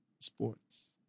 sports